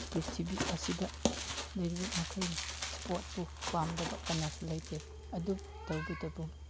ꯄ꯭ꯔꯤꯊꯤꯕꯤ ꯑꯁꯤꯗ ꯂꯩꯔꯤꯕ ꯃꯈꯩꯅ ꯏꯁꯄꯣꯔꯠꯄꯨ ꯄꯥꯝꯗꯕ ꯀꯅꯥꯁꯨ ꯂꯩꯇꯦ ꯑꯗꯨꯕꯨ ꯇꯧꯕꯇꯕꯨ